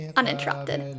uninterrupted